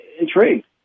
intrigued